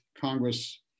Congress